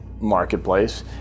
marketplace